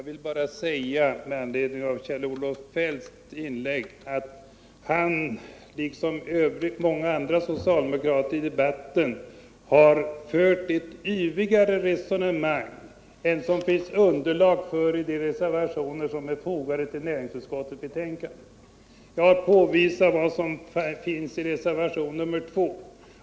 Herr talman! Kjell-Olof Feldt har liksom många andra socialdemokrater i debatten fört ett yvigare resonemang än vad det finns underlag för i de reservationer som finns fogade vid betänkandet. Jag har påvisat vad som står i reservationen 2.